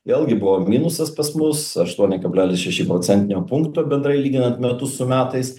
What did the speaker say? vėlgi buvo minusas pas mus aštuoni kablelis šeši procentinio punkto bendrai lyginant metus su metais